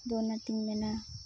ᱟᱫᱚ ᱚᱱᱟᱛᱤᱧ ᱢᱮᱱᱟ